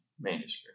manuscript